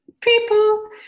people